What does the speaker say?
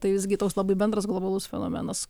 tai visgi toks labai bendras globalus fenomenas